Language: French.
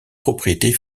propriétés